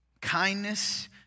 Kindness